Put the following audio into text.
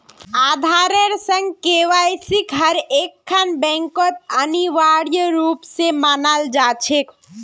आधारेर संग केवाईसिक हर एकखन बैंकत अनिवार्य रूप स मांगाल जा छेक